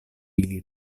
ili